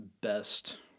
best